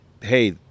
hey